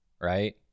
right